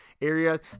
area